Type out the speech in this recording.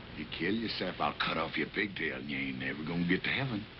you kill yourself, i'll cut off your pigtail, and you ain't never going to get to heaven.